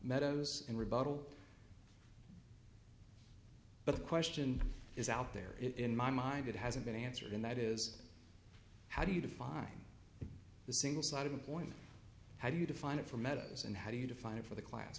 meadows in rebuttal but the question is out there in my mind it hasn't been answered and that is how do you define the single sided point how do you define it for mehta's and how do you define it for the class